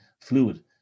fluid